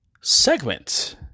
segment